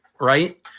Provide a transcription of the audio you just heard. right